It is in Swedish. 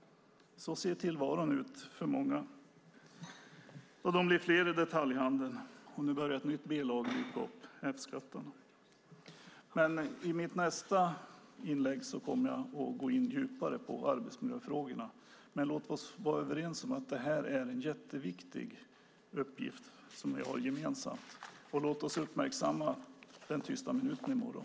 Så ser tillvaron ut för många. De blir fler i detaljhandeln, och nu börjar ett nytt b-lag dyka upp: f-skatten. I mitt nästa inlägg kommer jag att gå in djupare på arbetsmiljöfrågorna. Låt oss dock vara överens om att detta är en jätteviktig uppgift som vi har gemensamt, och låt oss uppmärksamma den tysta minuten i morgon.